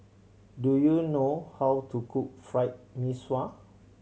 do you know how to cook Fried Mee Sua